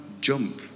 jump